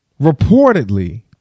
reportedly